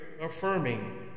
affirming